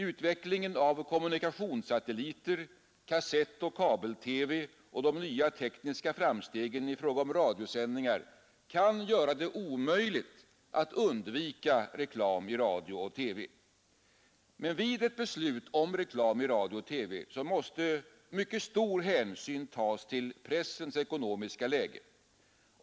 Utvecklingen av kommunikationssatelliter, kasettoch kabel-TV och de nya tekniska framstegen i fråga om radiosändningar kan göra det omöjligt att undvika reklam i radio och TV. Men vid ett beslut om reklam i radio och TV måste mycket stor hänsyn tas till pressens ekonomiska läge.